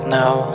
now